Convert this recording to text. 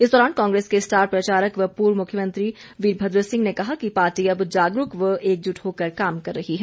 इस दौरान कांग्रेस के स्टार प्रचारक व पूर्व मुख्यमंत्री वीरभद्र सिंह ने कहा कि पार्टी अब जागरूक व एकजुट होकर काम कर रही है